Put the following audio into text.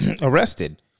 arrested